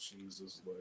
Jesus